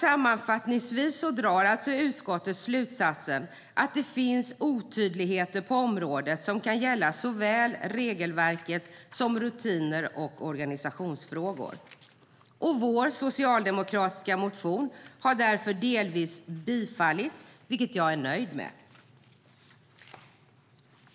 Sammanfattningsvis drar alltså utskottet slutsatsen att det finns otydligheter på området som kan gälla såväl regelverket som rutiner och organisationsfrågor. Vår socialdemokratiska motion har därför delvis bifallits, vilket jag är nöjd med.